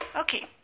Okay